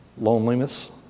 Loneliness